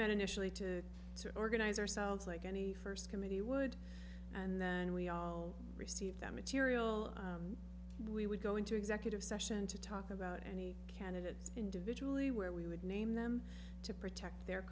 met initially to to organize ourselves like any first committee would and then we all receive that material we would go into executive session to talk about any candidates individually where we would name them to protect their